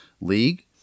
league